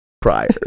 prior